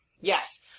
yes